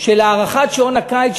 להארכת שעון הקיץ,